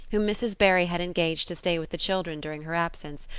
whom mrs. barry had engaged to stay with the children during her absence,